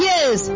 Yes